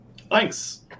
Thanks